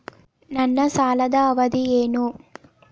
ನನ್ನ ಸಾಲದ ಅವಧಿ ಏನು?